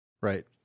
right